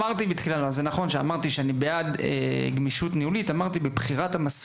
זה נכון שאמרתי שאני בעד גמישות ניהולית אבל הכוונה